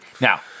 Now